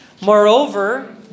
Moreover